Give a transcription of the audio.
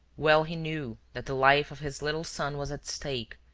well he knew that the life of his little son was at stake,